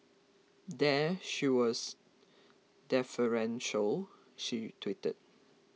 there she was deferential she tweeted